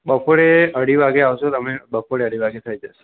બપોરે અઢી વાગે આવશો તમે બપોરે અઢી વાગે થઇ જશે